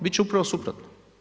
Bit će upravo suprotno.